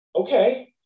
Okay